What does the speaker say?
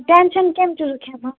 tension کمہِ چیٖزُک ہمہٕ ہا